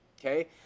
Okay